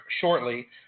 shortly